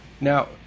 Now